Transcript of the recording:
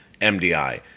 MDI